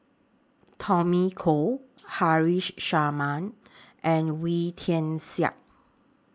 Tommy Koh Haresh Sharma and Wee Tian Siak